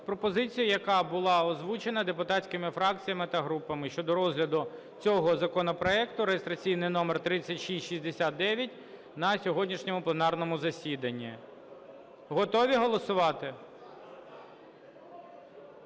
пропозицію, яка була озвучена депутатськими фракціями та групами, щодо розгляду цього законопроекту реєстраційний номер 3669 на сьогоднішньому пленарному засіданні. Готові голосувати?